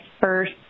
first